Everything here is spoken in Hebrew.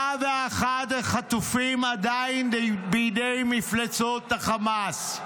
101 חטופים עדיין בידי מפלצות חמאס.